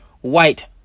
white